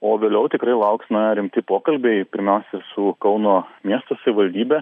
o vėliau tikrai lauks rimti pokalbiai pirmiausia su kauno miesto savivaldybe